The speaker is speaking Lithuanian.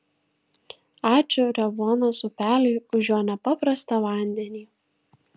ačiū revuonos upeliui už jo nepaprastą vandenį